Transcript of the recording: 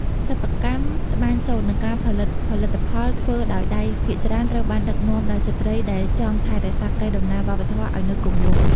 សិប្បកម្មត្បាញសូត្រ និងការផលិតផលិតផលធ្វើដោយដៃភាគច្រើន ត្រូវបានដឹកនាំដោយស្ត្រីដែលចង់ថែរក្សាកេរដំណែលវប្បធម៌ឱ្យនៅគង់វង្ស។